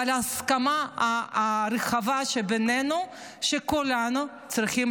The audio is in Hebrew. אבל ההסכמה הרחבה בינינו היא שכולנו צריכים